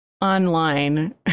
online